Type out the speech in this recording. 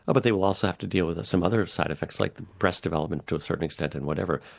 ah but they will also have to deal with some other side-effects like breast development to a certain extent and whatever.